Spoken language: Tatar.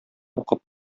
укып